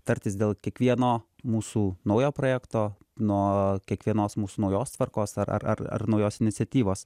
tartis dėl kiekvieno mūsų naujo projekto nuo kiekvienos mūsų naujos tvarkos ar ar ar ar naujos iniciatyvos